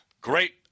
Great